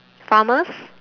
farmers